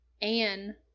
Anne